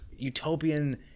utopian